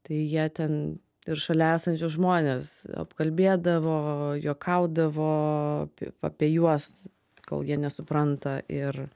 tai jie ten ir šalia esančius žmones apkalbėdavo juokaudavo apie juos kol jie nesupranta ir